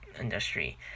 industry